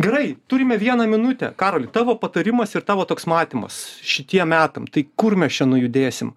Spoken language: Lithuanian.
gerai turime vieną minutę karoli tavo patarimas ir tavo toks matymas šitiem metam tai kur mes čia nujudėsim